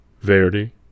Verdi